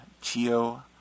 Chio